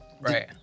Right